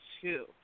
two